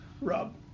Rob